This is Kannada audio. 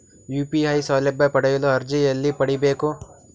ಯು.ಪಿ.ಐ ಸೌಲಭ್ಯ ಪಡೆಯಲು ಅರ್ಜಿ ಎಲ್ಲಿ ಪಡಿಬೇಕು?